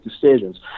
decisions